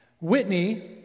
Whitney